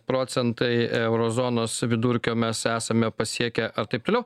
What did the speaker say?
procentai euro zonos vidurkio mes esame pasiekę ar taip toliau